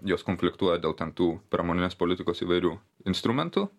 jos konfliktuoja dėl ten tų pramoninės politikos įvairių instrumentų